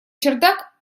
чердак